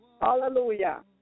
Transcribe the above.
Hallelujah